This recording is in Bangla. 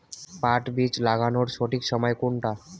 পাট বীজ লাগানোর সঠিক সময় কোনটা?